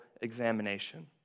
examination